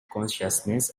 consciousness